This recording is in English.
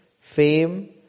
fame